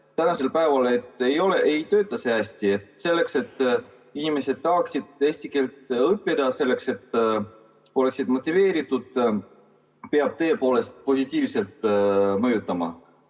Tänasel päeval ei tööta see hästi. Selleks, et inimesed tahaksid eesti keelt õppida, selleks, et nad oleksid motiveeritud, peab tõepoolest positiivselt mõjutama.